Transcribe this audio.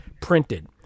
printed